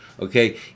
okay